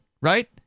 right